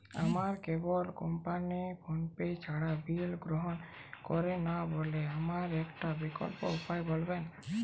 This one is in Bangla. আমার কেবল কোম্পানী ফোনপে ছাড়া বিল গ্রহণ করে না বলে আমার একটা বিকল্প উপায় বলবেন?